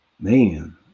man